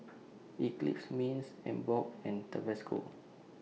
Eclipse Mints Emborg and Tabasco